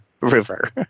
river